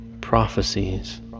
prophecies